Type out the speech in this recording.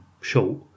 short